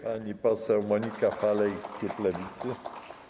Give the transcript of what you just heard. Pani poseł Monika Falej, klub Lewicy.